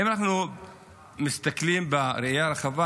אם אנחנו מסתכלים בראייה הרחבה,